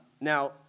Now